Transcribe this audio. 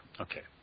Okay